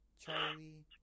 Charlie